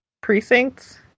Precincts